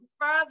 Further